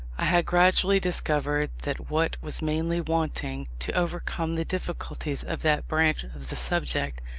i had gradually discovered that what was mainly wanting, to overcome the difficulties of that branch of the subject,